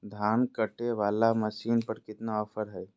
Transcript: धान कटे बाला मसीन पर कितना ऑफर हाय?